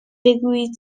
بگویید